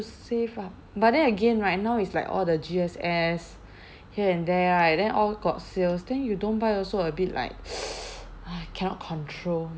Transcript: save up but then again right now it's like all the G_S_S here and there right then all got sales then you don't buy also a bit like !hais! cannot control